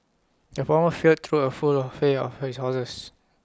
the farmer filled trough A full of hay for his horses